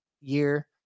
year